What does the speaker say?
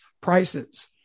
prices